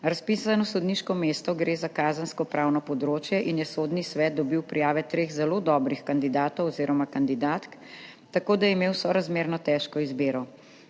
»Razpisano sodniško mesto gre za kazenskopravno področje in je Sodni svet dobil prijave treh zelo dobrih kandidatov oziroma kandidatk, tako da je imel sorazmerno težko izbiro.